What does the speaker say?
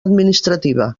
administrativa